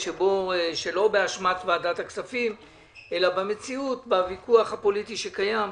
שלא באשמת ועדת הכספים אלא בגלל הוויכוח הפוליטי שקיים.